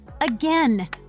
Again